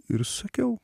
ir sakiau